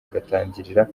agatangira